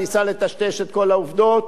ניסה לטשטש את כל העובדות,